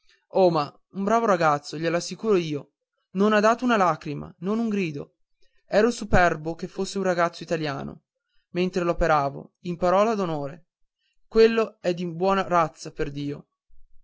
ma un bravo ragazzo gliel'assicuro io non ha dato una lacrima non un grido ero superbo che fosse un ragazzo italiano mentre l'operavo in parola d'onore quello è di buona razza perdio